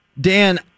Dan